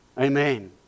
Amen